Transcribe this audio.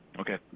Okay